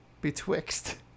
Betwixt